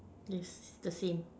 this the same